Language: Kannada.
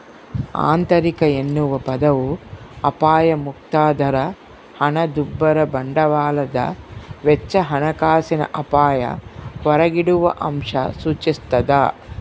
ಆಂತರಿಕ ಎನ್ನುವ ಪದವು ಅಪಾಯಮುಕ್ತ ದರ ಹಣದುಬ್ಬರ ಬಂಡವಾಳದ ವೆಚ್ಚ ಹಣಕಾಸಿನ ಅಪಾಯ ಹೊರಗಿಡುವಅಂಶ ಸೂಚಿಸ್ತಾದ